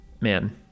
Man